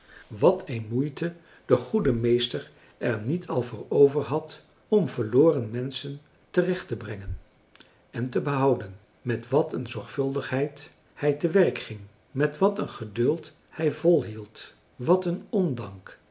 wat een moeite de goede meester er niet al voor overhad om verloren menschen terecht te brengen en te behouden met wat een zorgvuldigheid hij te werk ging met wat een geduld hij volhield wat een ondank